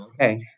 Okay